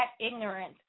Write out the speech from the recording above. ignorant